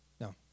no